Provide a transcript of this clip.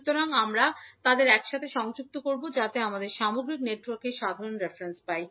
সুতরাং আমরা তাদের একসাথে সংযুক্ত করব যাতে আমরা সামগ্রিক নেটওয়ার্কের সাধারণ রেফারেন্স পাই